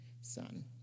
son